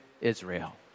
Israel